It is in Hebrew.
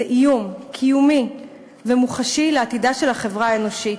איום קיומי ומוחשי על עתידה של החברה האנושית.